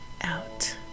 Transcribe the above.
out